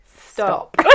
stop